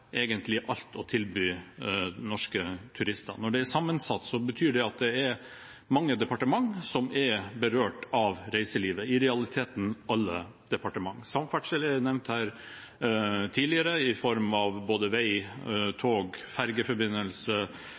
egentlig alt å tilby turister. Når det er sammensatt, så betyr det at det er mange departementer som er berørt av reiselivet, i realiteten alle departementer: Samferdselsdepartementet, som nevnt her tidligere, er berørt i form av både vei, tog, fergeforbindelse,